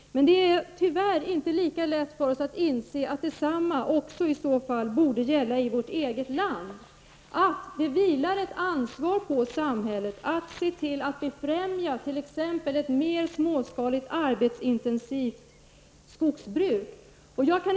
Men det är tyvärr inte lika lätt för oss att inse att detsamma i så fall också borde gälla i vårt eget land. Det vilar ett ansvar på samhället att se till att befrämja t.ex. ett mer småskaligt, arbetsintensivt skogsbruk.